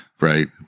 right